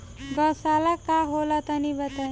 गौवशाला का होला तनी बताई?